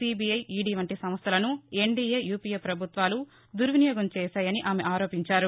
CBI ED వంటి సంస్థలను NDA UP ల ప్రభుత్వాలు దుర్వినియోగం చేశాయని ఆమె ఆరోపించారు